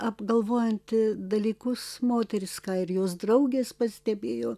apgalvojanti dalykus moteris ką ir jos draugės pastebėjo